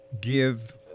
give